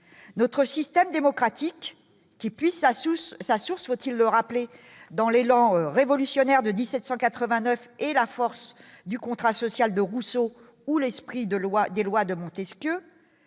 notre système démocratique qui puisse à Sousse sa source, faut-il le rappeler, dans l'élan révolutionnaire de 1789 et la force du contrat social de Rousseau ou l'esprit de loi des lois de Montesquieu,